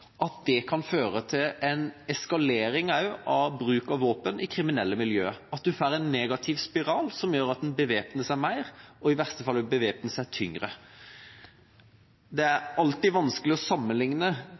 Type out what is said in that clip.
at en får en negativ spiral som gjør at en bevæpner seg mer og i verste fall også bevæpner seg tyngre. Det er alltid vanskelig å sammenligne